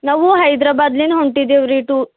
ನಾವು ಹೈದ್ರಬಾದ್ಲಿನ ಹೊಂಟಿದ್ದೀವಿ ರೀ ಟು